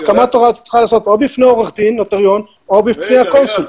הסכמת הוריו צריכה להיעשות או בפני עורך דין נוטריון או בפני הקונסול.